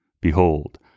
Behold